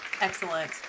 Excellent